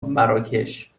مراکش